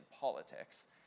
politics